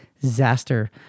disaster